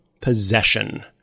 possession